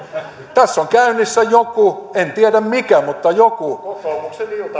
tässä on käynnissä joku en tiedä mikä mutta joku